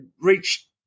reached